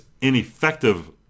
ineffective